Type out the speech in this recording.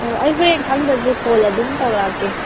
ꯑꯣ ꯑꯩ ꯍꯣꯔꯦꯟ ꯈꯪꯗ꯭ꯔꯁꯨ ꯀꯣꯜ ꯑꯗꯨꯝ ꯇꯧꯔꯛꯂꯒꯦ